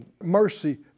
mercy